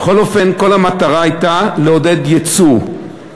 בכל אופן, כל המטרה הייתה לעודד ייצוא.